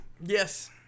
Yes